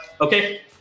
Okay